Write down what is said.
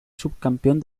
subcampeón